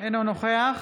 אינו נוכח